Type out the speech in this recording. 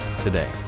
today